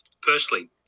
firstly